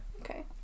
Okay